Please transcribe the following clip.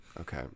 okay